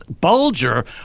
bulger